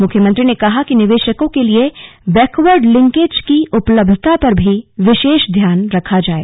मुख्यमंत्री ने कहा कि निवेशकों के लिए बैकवर्ड लिंकेज की उपलब्धता पर भी विशेष ध्यान रखा जाए